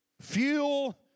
fuel